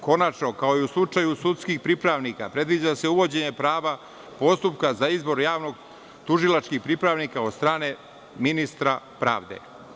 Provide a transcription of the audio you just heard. Konačno, kao i u slučaju sudskih pripravnika, predviđa se uvođenje prava postupka za izbor javno – tužilačkih pripravnika od strane ministra pravde.